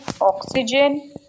oxygen